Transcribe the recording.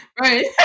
Right